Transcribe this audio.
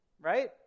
right